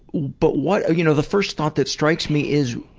but what you know the first thought that strikes me is,